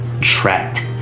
trapped